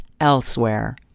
elsewhere